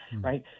right